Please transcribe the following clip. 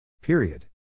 Period